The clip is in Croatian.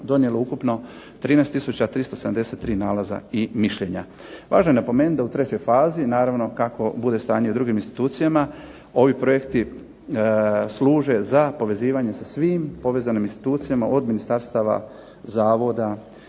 donijelo ukupno 13 tisuća 373 nalaza i mišljenja. Važno je napomenuti da u trećoj fazi, naravno kakvo bude stanje i u drugim institucijama ovi projekti služe za povezivanje sa svim povezanim institucijama od ministarstava, zavoda